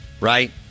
Right